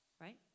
Right